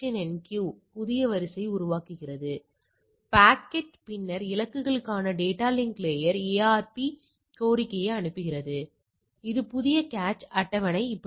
எனவே இதை நீங்கள் CHI TEST லிருந்து பார்க்கிறீர்கள் எக்செல் இல் கிடைக்கும் CHI TEST கட்டளையையும்கூட நாம் கணக்கிட முடியும்